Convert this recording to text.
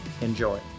Enjoy